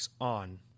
on